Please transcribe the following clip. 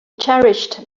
cherished